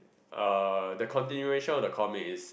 uh the continuation of the comic is